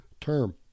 term